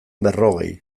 berrogei